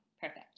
Perfect